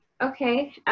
Okay